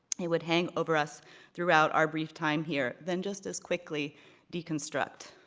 it would hang over us throughout our brief time here, then just as quickly deconstruct.